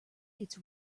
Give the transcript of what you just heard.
its